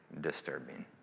disturbing